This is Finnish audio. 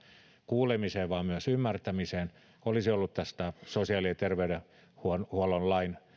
kuulemiseen vaan myös ymmärtämiseen olisi ollut sosiaali ja terveydenhuollon lain